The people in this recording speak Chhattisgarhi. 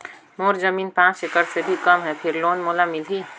मोर जमीन पांच एकड़ से भी कम है फिर लोन मोला मिलही?